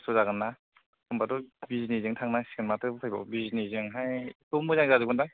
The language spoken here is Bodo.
खस्थ' जागोन ना होनबाथ' बिजिनिजोंनो थांनां सिगोन माथो उफाय बाव बिजिनिजोंहायथ' मोजां जाजोबगोन दां